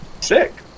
Sick